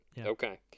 Okay